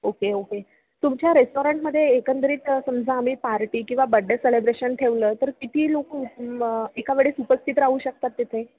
okay okay तुमच्या रेस्टॉरंटमध्ये एकंदरीत समजा आम्ही पार्टी किंवा बड्डे सेलेब्रेशन ठेवलं तर किती लोक एका वेळेस उपस्थित राहू शकतात तिथे